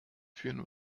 führen